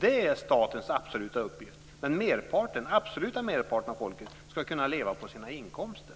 Det är statens absoluta uppgift. Men merparten, den absoluta merparten av folket, ska kunna leva på sina inkomster.